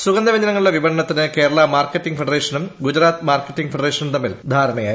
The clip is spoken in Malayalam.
സുഗന്ധവ്യഞ്ജനങ്ങളുടെ വിപണനത്തിനു കേരള മാർക്കറ്റിങ് ഫെഡറേഷനും ഗുജറാത്ത് മാർക്കറ്റിങ് ഫെഡറേഷനും തമ്മിൽ ധാരണയായി